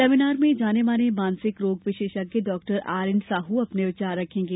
seminar में जाने माने मानसिक रोग विशेषज्ञ डॉक्टर आर एन साह अपने विचार रखेंगे